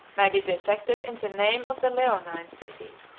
may be detected in the name of the leonine city,